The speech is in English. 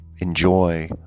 enjoy